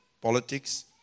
politics